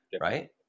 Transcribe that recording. right